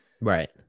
Right